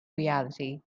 reality